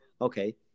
okay